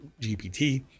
gpt